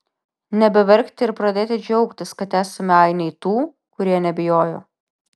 nebeverkti ir pradėti džiaugtis kad esame ainiai tų kurie nebijojo